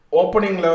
opening